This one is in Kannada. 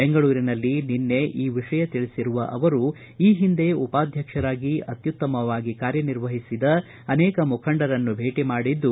ಬೆಂಗಳೂರಿನಲ್ಲಿ ನಿನ್ನೆ ಈ ವಿಷಯ ತಿಳಿಬರುವ ಅವರು ಈ ಹಿಂದೆ ಉಪಾಧ್ಯಕ್ಷರಾಗಿ ಅತ್ಯುತ್ತಮವಾಗಿ ಕಾರ್ಯನಿರ್ವಹಿಸಿದ ಅನೇಕ ಮುಖಂಡರನ್ನು ಭೇಟ ಮಾಡಿದ್ದು